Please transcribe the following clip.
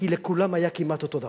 כי לכולם היה כמעט אותו דבר.